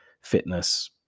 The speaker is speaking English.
fitness